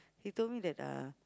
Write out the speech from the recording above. he told me that uh